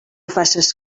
faces